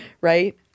right